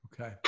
Okay